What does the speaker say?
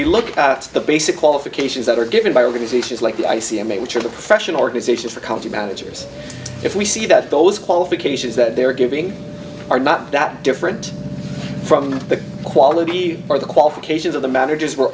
we look at the basic qualifications that are given by realizations like the i c m a which is a professional organization for county managers if we see that those qualifications that they are giving are not that different from the quality or the qualifications of the managers we're